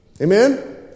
Amen